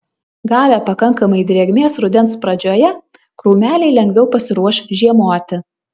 gavę pakankamai drėgmės rudens pradžioje krūmeliai lengviau pasiruoš žiemoti